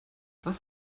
was